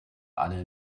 alle